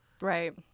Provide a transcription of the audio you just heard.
right